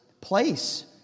place